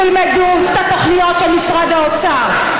תלמדו את התוכניות של משרד האוצר.